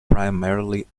primarily